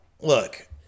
look